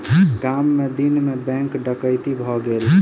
गाम मे दिन मे बैंक डकैती भ गेलै